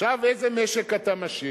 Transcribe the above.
עכשיו, איזה משק אתה משאיר?